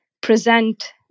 present